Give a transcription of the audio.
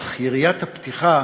אך יריית הפתיחה